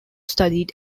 studied